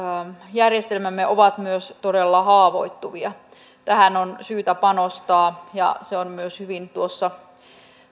järjestelmämme ovat myös todella haavoittuvia tähän on syytä panostaa ja se on myös hyvin tuossa